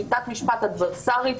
שיטת משפט אדוורסרית,